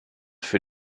für